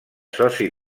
soci